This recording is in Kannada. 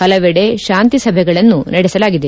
ಹಲವೆಡೆ ಶಾಂತಿ ಸಭೆಗಳನ್ನು ನಡೆಸಲಾಗಿದೆ